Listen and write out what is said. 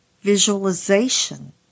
visualization